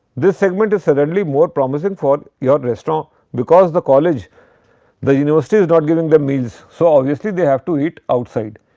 this segment is suddenly more promising for your restaurant because the college the university not giving them meals so, obviously, they have to eat outside.